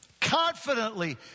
confidently